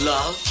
Love